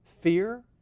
Fear